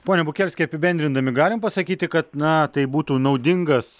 pone bukelski apibendrindami galim pasakyti kad na tai būtų naudingas